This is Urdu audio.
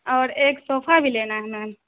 اور ایک صوفا بھی لینا ہے میم